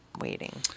Waiting